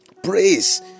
Praise